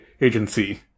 Agency